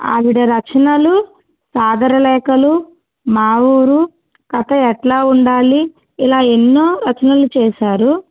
ఆవిడ రచనలు సాదరలేఖలు మా ఊరు కథ ఎట్లా వుండాలి ఇలా ఎన్నో రచనలు చేశారు